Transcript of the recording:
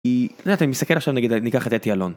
אם אתה מסתכל עכשיו נגיד אני אקח את אתי אלון.